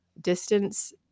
distance